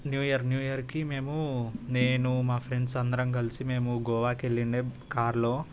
new year new ఇయర్కి మేము నేను మా ఫ్రెండ్స్ అందరం కలిసి మేము గోవాకి వెళ్ళిండే కార్లో